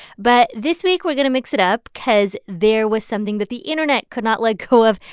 but this week we're going to mix it up cause there was something that the internet could not let go of.